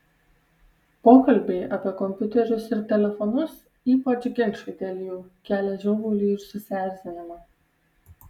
pokalbiai apie kompiuterius ir telefonus ypač ginčai dėl jų kelia žiovulį ir susierzinimą